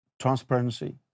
transparency